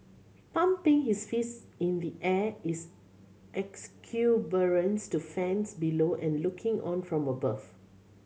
pumping his fist in the air is exuberance to fans below and looking on from above